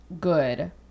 good